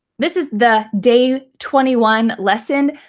this is the day twenty one lesson,